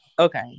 Okay